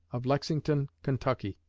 of lexington, kentucky.